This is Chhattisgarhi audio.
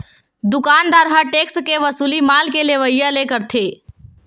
दुकानदार ह टेक्स के वसूली माल के लेवइया ले करथे